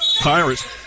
Pirates